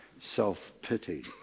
self-pity